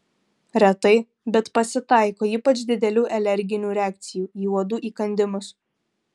retai bet pasitaiko ypač didelių alerginių reakcijų į uodų įkandimus